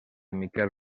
miquel